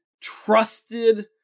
trusted